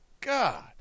god